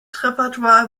repertoire